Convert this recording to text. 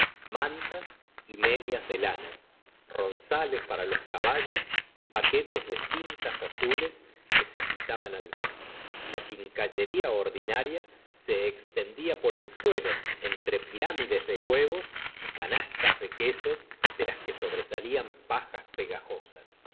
mantas y medias de lana ronzales para los caballos y paquetes de cintas azules que se agitaban al viento la quincallería ordinaria se extendía por el suelo entre pirámides de huevos y canastas de quesos de las que sobresalían pajas pegajosas